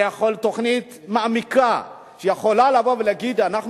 בתוכנית מעמיקה, שיכולה לבוא ולהגיד: אנחנו